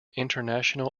international